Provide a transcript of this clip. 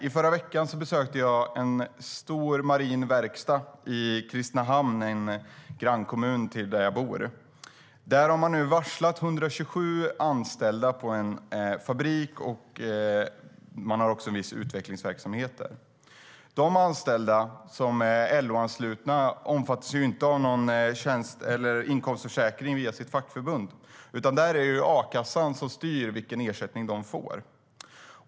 I förra veckan besökte jag en stor marin verksamhet i Kristinehamn, min grannkommun. Där har man nu varslat 127 anställda på en fabrik där det också finns viss utvecklingsverksamhet. De anställda som är LO-anslutna omfattas inte av någon inkomstförsäkring via sitt fackförbund, utan där är det a-kassan som styr vilken ersättning de får.